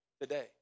today